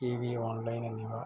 T V online എന്നിവ